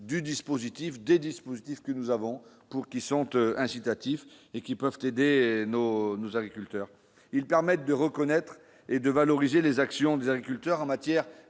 du dispositif des dispositifs que nous avons pour qui sont eux incitatif et qui peuvent aider nos nos agriculteurs, ils permettent de reconnaître et de valoriser les actions des agriculteurs en matière